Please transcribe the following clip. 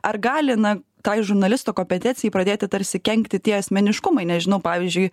ar gali na tai žurnalisto kompetencijai pradėti tarsi kenkti tie asmeniškumai nežinau pavyzdžiui